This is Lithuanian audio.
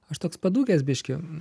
aš toks padūkęs biškį